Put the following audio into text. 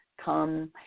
come